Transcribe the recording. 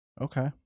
Okay